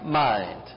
mind